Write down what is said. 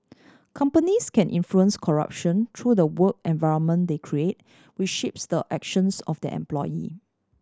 companies can influence corruption through the work environment they create which shapes the actions of their employee